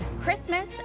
Christmas